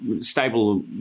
stable